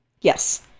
Yes